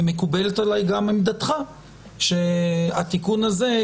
ומקובלת עלי גם עמדתך שהתיקון הזה,